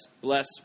bless